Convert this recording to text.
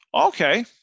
Okay